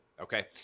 okay